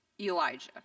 Elijah